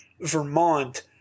Vermont